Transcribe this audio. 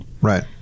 Right